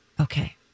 Okay